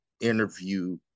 interview